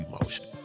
emotion